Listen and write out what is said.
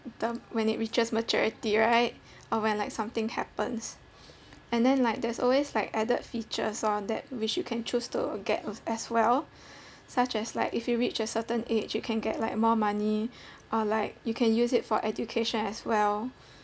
term when it reaches maturity right or when like something happens and then like there's always like added features all that which you can choose to get as well such as like if you reach a certain age you can get like more money or like you can use it for education as well